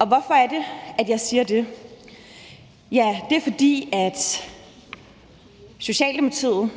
Og hvorfor er det, jeg siger det? Ja, det er, fordi Socialdemokratiet